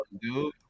dude